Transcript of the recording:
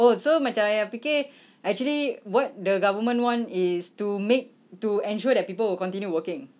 oh so macam ayah fikir actually what the government want is to make to ensure that people will continue working